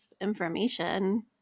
information